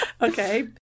Okay